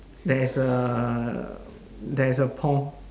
there is a there is a pond